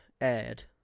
aired